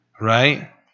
right